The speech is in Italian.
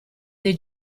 dei